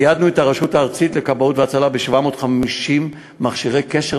ציידנו את הרשות הארצית לכבאות והצלה ב-750 מכשירי קשר